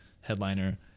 headliner